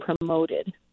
promoted